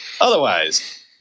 Otherwise